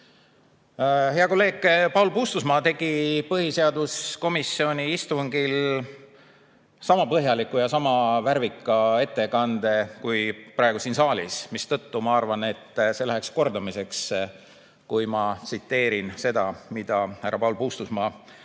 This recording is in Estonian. Hea kolleeg Paul Puustusmaa tegi põhiseaduskomisjoni istungil sama põhjaliku ja sama värvika ettekande kui praegu siin saalis, mistõttu ma arvan, et läheks kordamiseks, kui ma tsiteerin seda, mida härra Paul Puustusmaa